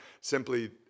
simply